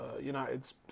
United's